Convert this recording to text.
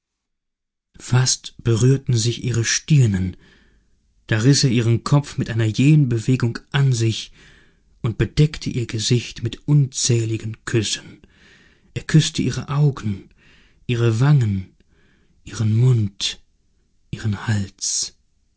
fast berührten sich ihre stirnen da riß er ihren kopf mit einer jähen bewegung an sich und bedeckte ihr gesicht mit unzähligen küssen er küßte ihre augen ihre wangen ihren mund ihren hals